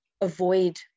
avoid